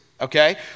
Okay